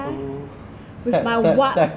oh tap tap tap